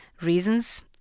Reasons